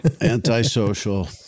Anti-social